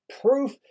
proof